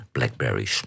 Blackberry